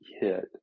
hit